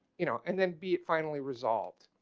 you know and then be finally resolved.